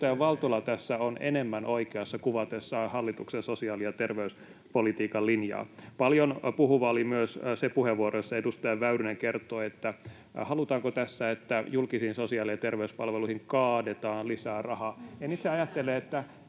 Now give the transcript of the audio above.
edustaja Valtola tässä on enemmän oikeassa kuvatessaan hallituksen sosiaali- ja terveyspolitiikan linjaa. Paljon puhuva oli myös se puheenvuoro, jossa edustaja Väyrynen kertoi, halutaanko tässä, että julkisiin sosiaali- ja terveyspalveluihin kaadetaan lisää rahaa. En itse ajattele, että